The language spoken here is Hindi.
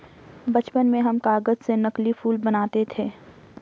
बचपन में हम कागज से नकली फूल बनाते थे